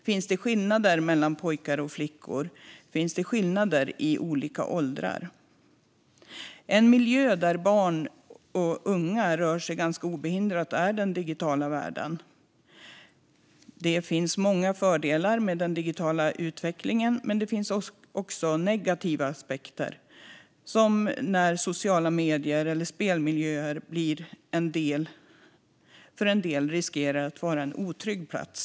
Finns det skillnader mellan pojkar och flickor? Finns det skillnader i olika åldrar? En miljö där barn och unga rör sig ganska obehindrat är den digitala världen. Det finns många fördelar med den digitala utvecklingen men också negativa aspekter, som när sociala medier eller spelmiljöer för en del riskerar att vara en otrygg plats.